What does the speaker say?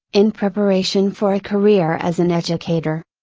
in preparation for a career as an educator.